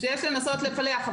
אפשר לנסות לפלח.